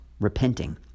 repenting